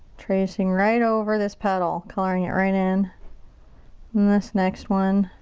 tracing right over this petal. coloring it right in. and this next one.